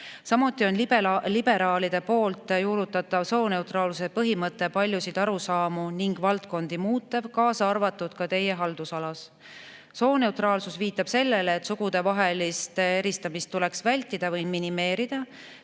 Samuti on liberaalide poolt juurutatav sooneutraalsuse põhimõte paljusid arusaamu ning valdkondi muutev, kaasa arvatud ka Teie haldusalas. Sooneutraalsus viitab sellele, et sugude vahelist eristamist tuleks vältida või minimeerida.